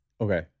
Okay